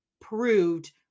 proved